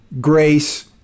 grace